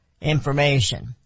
information